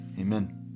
Amen